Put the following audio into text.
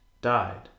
died